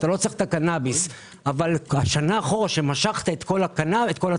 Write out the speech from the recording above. לא צריך את הקנאביס אבל השנה אחורה שמשכת את כל התרופות,